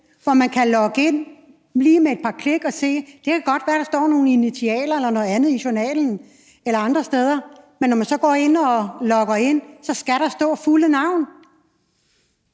hvor man kan logge ind lige med et par klik og se, at det godt kan være, at der står nogle initialer eller noget andet i journalen eller andre steder, men når man så går ind og logger ind, så skal der stå det fulde navn?